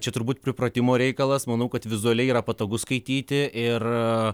čia turbūt pripratimo reikalas manau kad vizualiai yra patogu skaityti ir